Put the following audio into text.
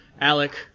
Alec